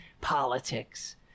politics